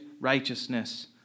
righteousness